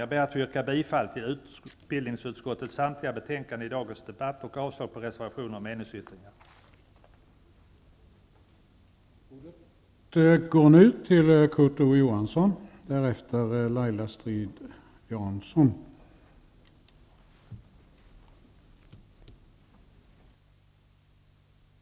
Jag ber att få yrka bifall till utbildningsutskottets hemställan och avslag på reservationer och meningsyttringar i samtliga betänkanden i dagens debatt.